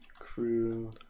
crew